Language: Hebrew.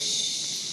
ששש.